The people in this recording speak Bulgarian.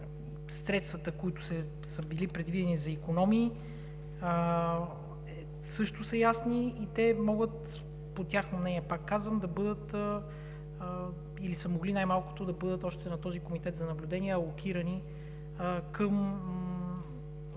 средствата, които са били предвидени за икономии, също са ясни и те могат, по тяхно мнение, пак казвам, да бъдат или са могли най-малкото да бъдат още на този комитет за наблюдение алокирани към